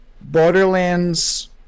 Borderlands